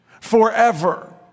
Forever